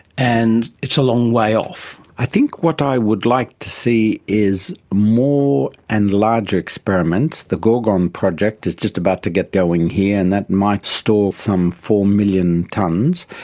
and it's a long way off. i think what i would like to see is more and larger experiments. the gorgon project is just about to get going here, and that might store some four million tonnes.